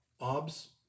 Ob's